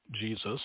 Jesus